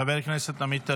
חבר הכנסת עמית הלוי,